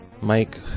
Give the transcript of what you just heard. Mike